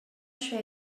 share